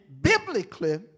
biblically